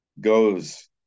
goes